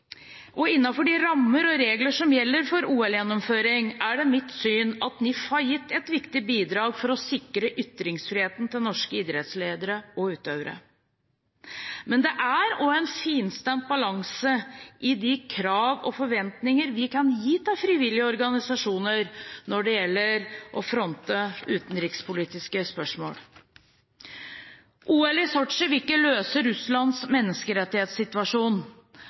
de rammer og regler som gjelder for OL-gjennomføring, er det mitt syn at NIF har gitt et viktig bidrag for å sikre ytringsfriheten til norske idrettsledere og -utøvere. Men det er også en finstemt balanse for hvilke krav vi kan stille, og forventninger vi kan ha til frivillige organisasjoner når det gjelder å fronte utenrikspolitiske spørsmål. OL i Sotsji vil ikke løse Russlands menneskerettighetssituasjon.